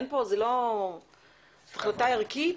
זו החלטה ערכית.